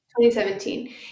2017